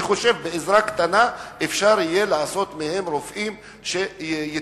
אני חושב שבעזרה קטנה אפשר יהיה לעשות מהם רופאים שיתפקדו,